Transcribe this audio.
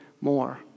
more